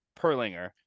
Perlinger